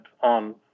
on